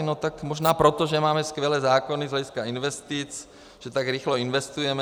No tak možná proto, že máme skvělé zákony z hlediska investic, že tak rychle investujeme.